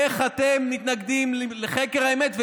איך אתם מתנגדים לחקר האמת?